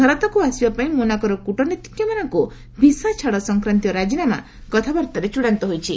ଭାରତକୁ ଆସିବା ପାଇଁ ମୋନାକୋର କୂଟନୀତିଜ୍ଞମାନଙ୍କୁ ଭିସା ଛାଡ଼ ସଂକ୍ରାନ୍ତୀୟ ରାଜିନାମା କଥାବାର୍ତ୍ତାରେ ଚୂଡ଼ାନ୍ତ ହୋଇଛି